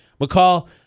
McCall